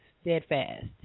steadfast